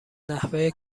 نحوه